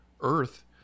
earth